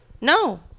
No